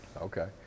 Okay